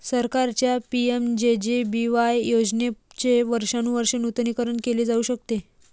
सरकारच्या पि.एम.जे.जे.बी.वाय योजनेचे वर्षानुवर्षे नूतनीकरण केले जाऊ शकते